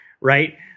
right